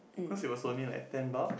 cause it was only like ten bucks